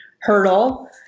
hurdle